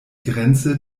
grenze